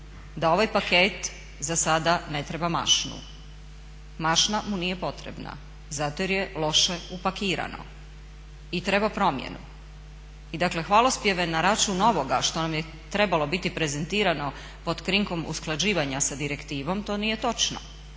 da ovaj paket za sada ne treba mašnu. Mašna mu nije potrebna zato jer je loše upakirano i treba promjenu. I dakle hvalospjeve na račun novoga što nam je trebalo biti prezentirano pod krinkom usklađivanja sa direktivom to nije točno.